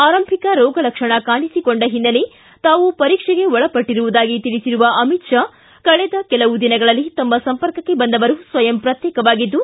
ಆರಂಭಿಕ ರೋಗ ಲಕ್ಷಣ ಕಾಣಿಸಿಕೊಂಡ ಹಿನ್ನೆಲೆ ತಾವು ಪರೀಕ್ಷೆಗೆ ಒಳಪಟ್ಟರುವುದಾಗಿ ತಿಳಿಸಿರುವ ಅಮಿತ್ ಶಾ ಕಳೆದ ಕೆಲವು ದಿನಗಳಲ್ಲಿ ತಮ್ಮ ಸಂರ್ಪಕಕ್ಕೆ ಬಂದವರು ಸ್ವಯಂ ಪ್ರತ್ಯೇಕವಾಗಿದ್ದು